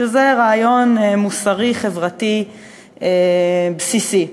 שזה רעיון מוסרי-חברתי בסיסי.